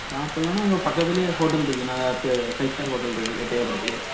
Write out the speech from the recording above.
சாப்பிட்லாம் ஆனால் அங்கே பக்கத்திலே ஹோட்டல் இருக்குது நல்லா பெ ஃபைவ் ஸ்டார் ஹோட்டல் இருக்குது எட்டயபுரத்திலே